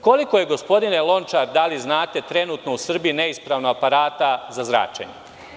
Koliko je, gospodine Lončar, da li znate, trenutno u Srbiji neispravno aparata za zračenje?